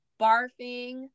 barfing